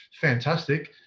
fantastic